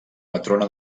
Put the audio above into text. patrona